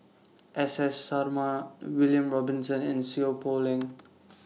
S S Sarma William Robinson and Seow Poh Leng